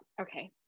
Okay